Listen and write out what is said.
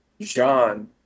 John